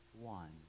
one